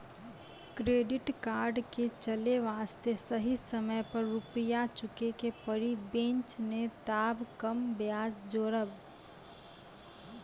Credit card के चले वास्ते सही समय पर रुपिया चुके के पड़ी बेंच ने ताब कम ब्याज जोरब?